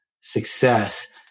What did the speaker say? success